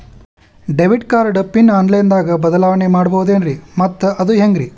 Debit card pin online ದಾಗ ಬದಲಾವಣೆ ಮಾಡಬಹುದೇನ್ರಿ ಮತ್ತು ಅದು ಹೆಂಗ್ರಿ?